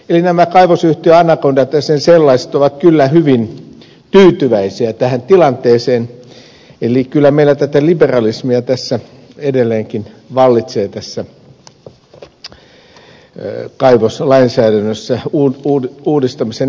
eli nämä kaivosyhtiö anacondat ja sen sellaiset ovat kyllä hyvin tyytyväisiä tähän tilanteeseen eli kyllä meillä liberalismi edelleenkin vallitsee tässä kaivoslainsäädännössä uudistamisen jälkeenkin